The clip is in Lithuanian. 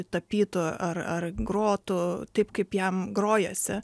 tapytų ar ar grotų taip kaip jam grojasi